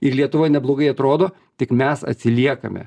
ir lietuva neblogai atrodo tik mes atsiliekame